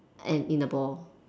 and in the ball